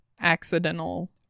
accidental